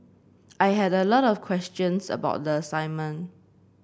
I had a lot of questions about the assignment